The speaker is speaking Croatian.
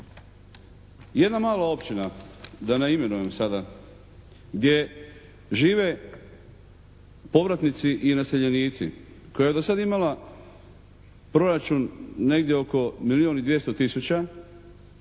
Jedna mala općina, da je ne imenujem sada, gdje žive povratnici i naseljenici, koja je do sada imala proračun negdje oko milijun i 200 tisuća